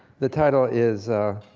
the title is